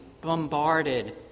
bombarded